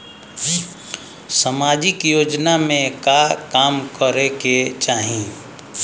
सामाजिक योजना में का काम करे के चाही?